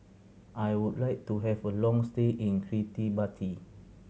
I would like to have a long stay in Kiribati